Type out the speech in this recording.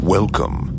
Welcome